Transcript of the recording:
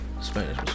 Spanish